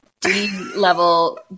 D-level